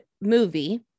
movie